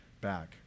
back